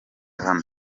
hano